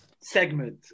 Segment